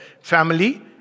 family